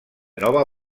nova